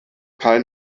kein